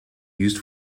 used